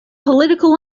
political